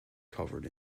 covered